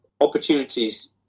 opportunities